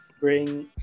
Bring